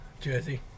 jersey